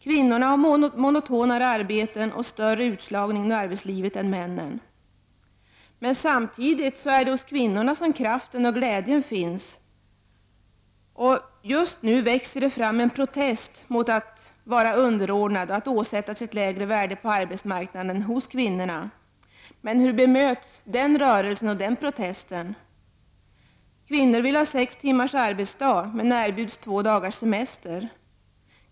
Kvinnorna har monotonare arbeten och större utslagning ur arbetslivet än männen. Samtidigt är det hos kvinnorna som kraften och glädjen finns. Just nu växer det hos kvinnorna fram en protest mot att vara underordnad, mot att åsättas ett lägre värde på arbetsmarknaden. Men hur bemöts den rörelsen och den protesten? Kvinnor vill ha sex timmars arbetsdag, men erbjuds två dagars semester.